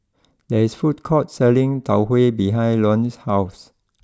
there is a food court selling Tau Huay behind Luann's house